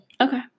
Okay